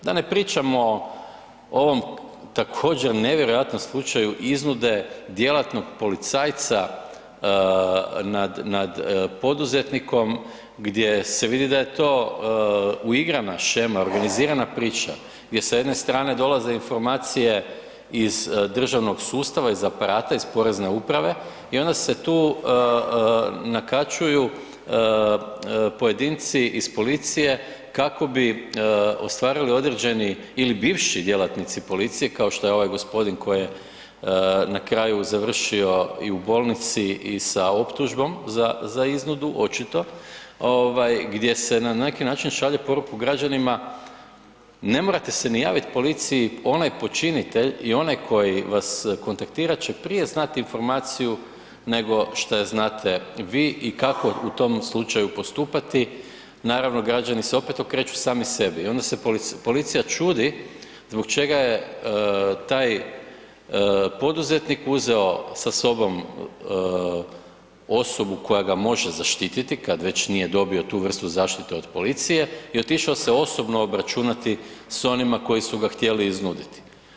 Da ne pričamo o ovom također nevjerojatnom slučaju iznude djelatnog policajca nad poduzetnikom gdje se vidi da je to uigrana shema, organizirana priča, gdje sa jedne strane dolaze informacije iz državnog sustava, iz aparata, iz porezne uprave i onda se tu nakačuju pojedinci iz policije kako bi ostvarili određeni ili bivši djelatnici policije kao što je ovaj gospodin koji je na kraju završio i u bolnici i sa optužbom za iznudu očito, gdje se na neki način šalje poruku građanima ne morate se ni javit policiji, onaj počinitelj i onaj koji vas kontaktira će prije znati informaciju nego šta je znate vi i kako u tom slučaju postupati, naravno građani se opet okreću sami sebi i onda se policija čudi zbog čega je taj poduzetnik uzeo sa sobom osobu koja ga može zaštititi kad već nije dobio tu vrstu zaštite od policije i otišao se osobno obračunati s onima koji su ga htjeli iznuditi.